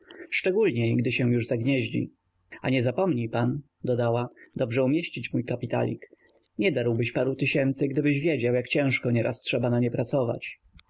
szczególniej gdy się już zagnieździ a nie zapomnij pan dodała dobrze umieścić mój kapitalik nie darłbyś parę tysięcy gdybyś wiedział jak ciężko nieraz trzeba na nie pracować